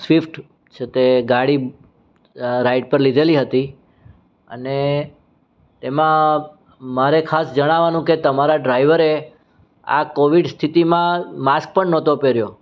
Swift છે તે ગાડી રાઈડ પર લીધેલી હતી અને એમાં મારે ખાસ જણાવાનું કે તમારા ડ્રાઈવરે આ કોવીડ સ્થિતિમાં માસ્ક પણ નહોતો પહેર્યો